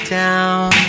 down